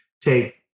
take